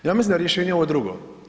Ja mislim da je rješenje ovo drugo.